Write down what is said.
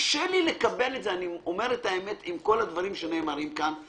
עם כל הדברים שנאמרים כאן,